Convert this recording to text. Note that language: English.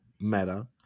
matter